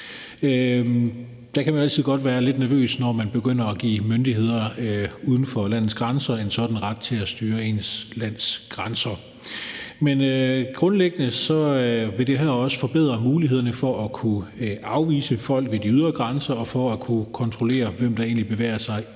Der kan man altid godt være lidt nervøs, når man begynder at give myndigheder uden for landets grænser en sådan ret til at styre ens lands grænser. Men grundlæggende vil det her også forbedre mulighederne for at kunne afvise folk ved de ydre grænser og for at kunne kontrollere, hvem der egentlig bevæger sig